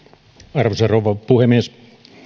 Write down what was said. arvoisa rouva puhemies